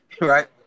Right